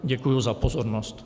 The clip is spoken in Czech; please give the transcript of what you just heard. Děkuji za pozornost.